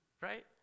right